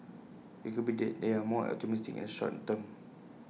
IT could be that they're more optimistic in the short term